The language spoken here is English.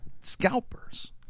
scalpers